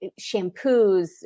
shampoos